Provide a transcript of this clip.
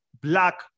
black